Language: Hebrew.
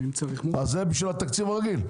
אז זה בשביל התקציב הרגיל.